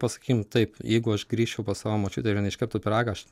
pasakykim taip jeigu aš grįžčiau pas savo močiutę ir jinai iškeptų pyragą aš